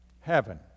heaven